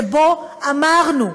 שבו אמרנו: